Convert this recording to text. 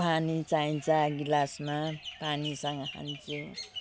पानी चाहिन्छ गिलासमा पानीसँग खान्छु